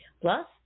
plus